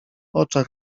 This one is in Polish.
oczach